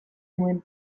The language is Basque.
nuen